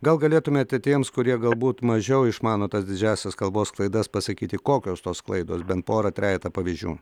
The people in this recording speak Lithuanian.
gal galėtumėt tiems kurie galbūt mažiau išmano tas didžiąsias kalbos klaidas pasakyti kokios tos klaidos bent porą trejetą pavyzdžių